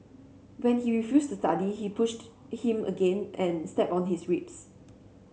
when he refused to study she pushed him again and stepped on his ribs